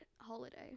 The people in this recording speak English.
holiday